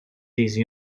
these